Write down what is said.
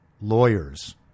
lawyers